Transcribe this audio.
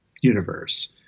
universe